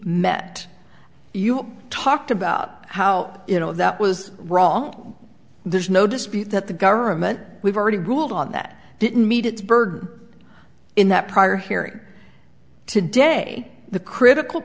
met you talked about how you know that was wrong there's no dispute that the government we've already ruled on that didn't meet its burden or in that prior hearing today the critical